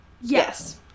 Yes